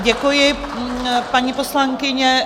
Děkuji, paní poslankyně.